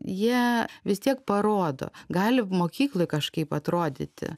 jie vis tiek parodo gali mokykloj kažkaip atrodyti